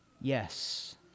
yes